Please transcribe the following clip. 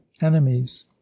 enemies